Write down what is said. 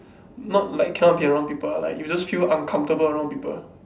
not like cannot be around people lah like you just feel uncomfortable around people ah